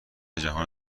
جهان